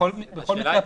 בכל מקרה,